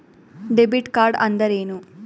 Debit ಕಾರ್ಡ್ಅಂದರೇನು?